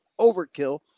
overkill